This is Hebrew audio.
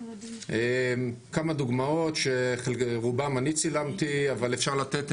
כמה דוגמאות שרובם אני צילמתי, אבל אפשר לתת.